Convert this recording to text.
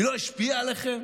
היא לא השפיעה עליכם?